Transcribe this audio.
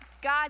God